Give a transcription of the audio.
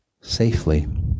safely